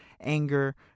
anger